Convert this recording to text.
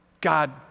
God